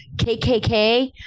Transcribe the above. KKK